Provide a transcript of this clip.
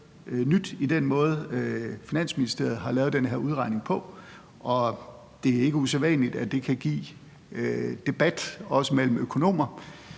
i den måde, Finansministeriet har lavet den her udregning på, og det er ikke usædvanligt, at det kan give debat også mellem økonomer